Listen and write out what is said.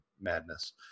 madness